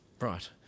Right